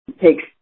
takes